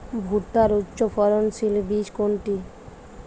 ভূট্টার উচ্চফলনশীল বীজ কোনটি?